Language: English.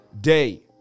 day